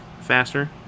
faster